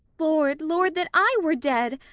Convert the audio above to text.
lord, lord, that i were dead!